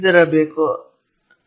ಪಕ್ಷಪಾತ ಕಡಿಮೆ ಕಡಿಮೆ ನಿಖರತೆ